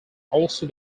also